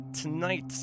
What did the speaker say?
tonight